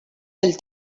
del